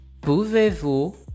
Pouvez-vous